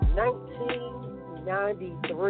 1993